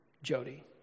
Jody